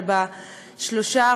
אבל בשלושת,